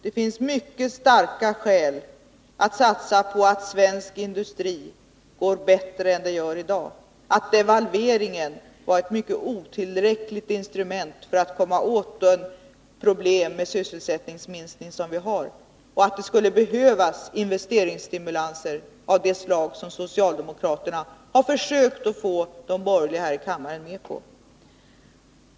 Det finns mycket starka skäl för att satsa på att svensk industri skall gå bättre än den gör i dag— devalveringen var ett mycket otillräckligt instrument för att komma åt de problem vi har. Och vi skulle behöva investeringsstimulanser av det slag som socialdemokraterna har försökt få de borgerliga här i kammaren med på.